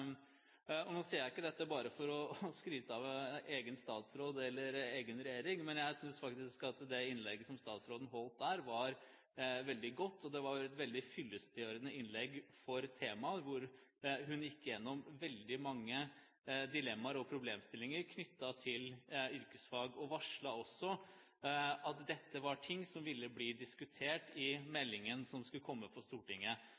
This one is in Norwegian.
Nå sier jeg ikke dette bare for å skryte av egen statsråd eller egen regjering, men jeg synes faktisk at det innlegget som statsråden holdt der, var veldig godt. Det var et fyllestgjørende innlegg for temaet, hvor hun gikk gjennom veldig mange dilemmaer og problemstillinger knyttet til yrkesfag. Det ble også varslet at dette var ting som ville bli diskutert i meldingen, som antageligvis skal komme til Stortinget